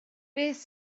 beth